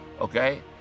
okay